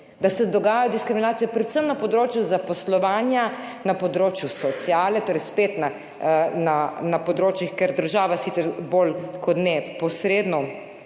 da se dogajajo diskriminacije predvsem na področju zaposlovanja, na področju sociale, torej spet na področjih, na katere država sicer bolj kot ne posredno